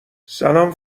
سلام